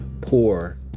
poor